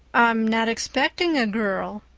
i'm not expecting a girl,